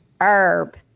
herb